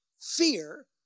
fear